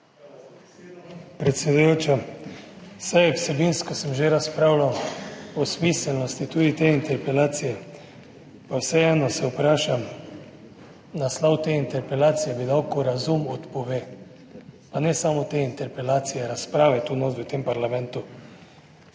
predsedujoča. Saj vsebinsko sem že razpravljal o smiselnosti tudi te interpelacije, pa vseeno se vprašam, naslov te interpelacije bi dal, ko razum odpove. Pa ne samo te interpelacije, razprave tu notri v tem parlamentu.